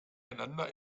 einander